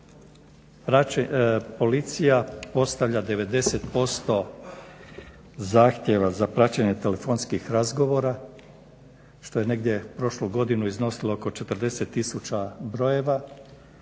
Policija postavlja 90% zahtjeva za praćenje telefonskih razgovora što je negdje prošlu godinu iznosilo oko 40000 brojeva,